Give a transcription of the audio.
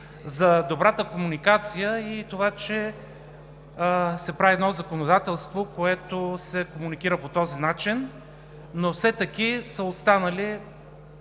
за добрата комуникация и това, че се прави едно законодателство, което си комуникира по този начин, но все таки са останали